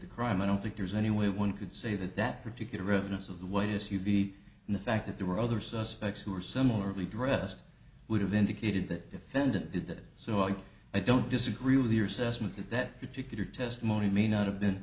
the crime i don't think there's any way one could say that that particular redness of the way is to be and the fact that there were other suspects who are similarly dressed would have indicated that defendant did that so i i don't disagree with your assessment that that particular testimony may not have been